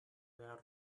their